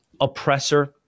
oppressor